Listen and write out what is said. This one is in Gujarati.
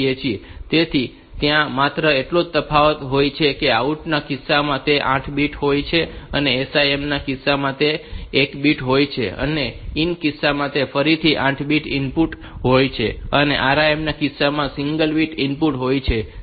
તેથી ત્યાં માત્ર એટલો જ તફાવત હોય છે કે આઉટ ના કિસ્સામાં તે 8 બીટ હોય છે અને SIM ના કિસ્સામાં તે એક બીટ હોય છે અને ઈન ના કિસ્સામાં તે ફરીથી 8 બીટ ઇનપુટ હોય છે અને RIM ના કિસ્સામાં તે સિંગલ બીટ ઇનપુટ હોય છે